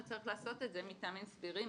הוא צריך לעשות את זה מטעמים סבירים.